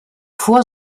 vor